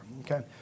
Okay